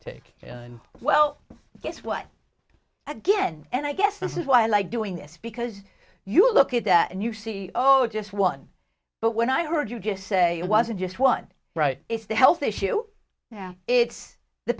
take well guess what again and i guess this is why i like doing this because you look at that and you see oh it's just one but when i heard you just say it wasn't just one right it's the health issue now it's the